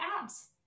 abs